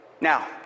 Now